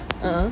a'ah